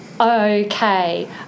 Okay